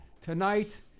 Tonight